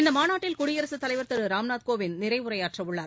இந்தமாநாட்டில் குடியரசுத் தலைவர் திருராம்நாத் கோவிந்த் நிறைவுரையாற்றவுள்ளார்